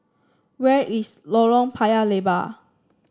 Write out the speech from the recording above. where is Lorong Paya Lebar